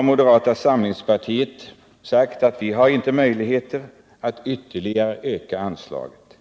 Moderata samlingspartiet har sagt att vi i dagens ekonomiska situation inte har möjligheter att ytterligare öka anslaget.